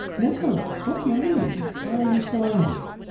nicholas, what do you mean? why are you so angry?